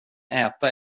äta